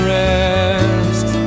rest